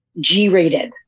G-rated